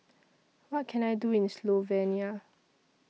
What Can I Do in Slovenia